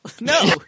No